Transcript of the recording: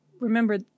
remember